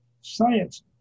science